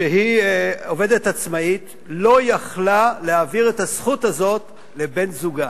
שהיא עובדת עצמאית לא היתה יכולה להעביר את הזכות הזאת לבן-זוגה,